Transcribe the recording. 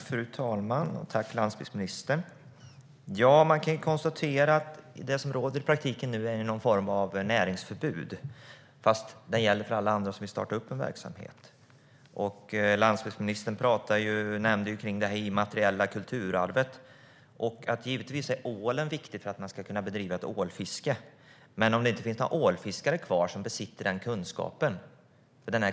Fru talman! Det som nu råder i praktiken är någon form av näringsförbud, fast det gäller för alla andra som vill starta en verksamhet. Landsbygdsministern nämnde det immateriella kulturarvet. Givetvis är ålen viktig för att kunna bedriva ett ålfiske, men om det inte finns några ålfiskare kvar finns inte kunskapen.